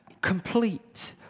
complete